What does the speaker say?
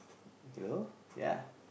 hello ya